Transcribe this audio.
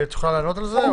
תוכל לענות על זה?